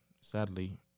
sadly